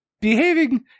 behaving